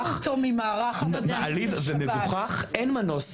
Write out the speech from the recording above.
זה מעליב ומגוחך אין מנוס.